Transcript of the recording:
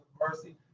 mercy